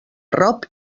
arrop